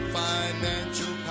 financial